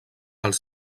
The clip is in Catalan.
els